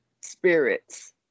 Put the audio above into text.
spirits